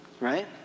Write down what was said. Right